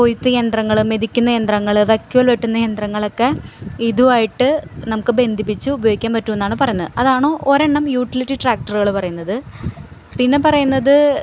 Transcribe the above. കൊയ്ത്തു യന്ത്രങ്ങള് മെതിക്കുന്ന യന്ത്രങ്ങള് വൈക്കോൽ വെട്ടുന്ന യന്ത്രങ്ങളൊക്കെ ഇതുമായിട്ട് നമുക്കു ബന്ധിപ്പിച്ച് ഉപയോഗിക്കാൻ പറ്റുമെന്നാണ് പറയുന്നത് അതാണ് ഒരെണ്ണം യൂട്ടിലിറ്റി ട്രാക്ടറുകള് പറയുന്നത് പിന്നെ പറയുന്നത്